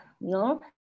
no